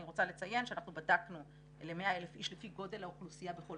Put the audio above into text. אני רוצה לציין שאנחנו בדקנו ל-100,000 אנשים לפי גודל האוכלוסייה בכל